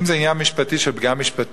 אם זה עניין משפטי של פגם משפטי,